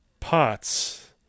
Pots